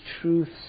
truths